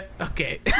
Okay